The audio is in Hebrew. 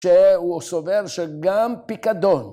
‫שהוא סובר שגם פיקדון.